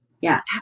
Yes